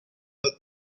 but